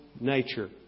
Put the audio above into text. nature